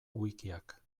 wikiak